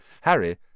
Harry